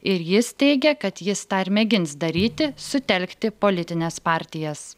ir jis teigia kad jis tą ir mėgins daryti sutelkti politines partijas